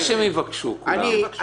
בוודאי שיבקשו כולם.